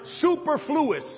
superfluous